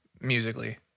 musically